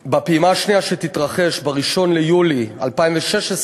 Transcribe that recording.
השנייה, שתתרחש ב-1 ביולי 2016,